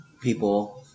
people